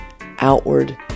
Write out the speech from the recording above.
outward